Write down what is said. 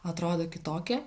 atrodo kitokie